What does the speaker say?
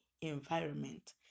environment